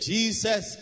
Jesus